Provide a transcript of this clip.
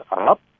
up